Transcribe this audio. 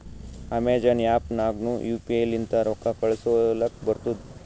Amazon app ನಾಗ್ನು U P I ಲಿಂತ ರೊಕ್ಕಾ ಕಳೂಸಲಕ್ ಬರ್ತುದ್